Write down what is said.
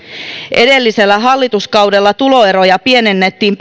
edellisellä hallituskaudella tuloeroja pienennettiin